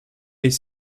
est